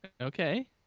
Okay